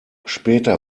später